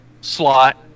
slot